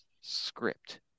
script